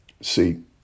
see